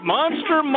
Monster